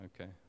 Okay